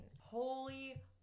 Holy